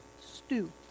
stew